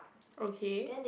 okay